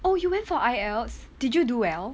oh you went for I_E_L_T_S did you do well